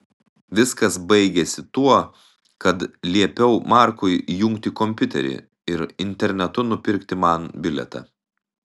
viskas baigėsi tuo kad liepiau markui įjungti kompiuterį ir internetu nupirkti man bilietą